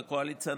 בקואליציה,